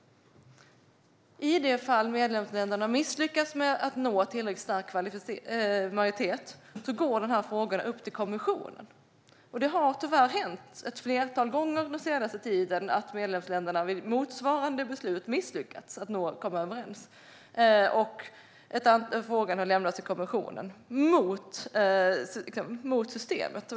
I det fall medlemsländerna misslyckas med att nå tillräcklig majoritet går frågan upp till kommissionen. Tyvärr har det hänt ett flertal gånger den senaste tiden att medlemsländerna misslyckats med att komma överens på motsvarande sätt om beslut så att frågan har lämnats till kommissionen, mot systemet.